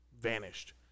vanished